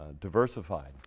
Diversified